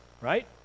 right